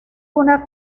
una